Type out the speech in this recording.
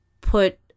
put